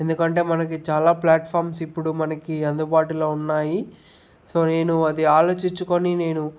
ఎందుకంటే మనకి చాలా ఫ్లాట్ఫామ్సు ఇప్పుడు మనకి అందుబాటులో ఉన్నాయి సో నేను అది ఆలోచించుకొని నేను